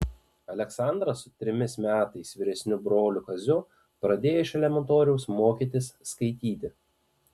aleksandras su trimis metais vyresniu broliu kaziu pradėjo iš elementoriaus mokytis skaityti